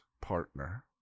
partner